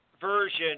Version